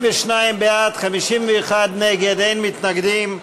42 בעד, 51 נגד, אין נמנעים.